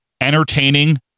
entertaining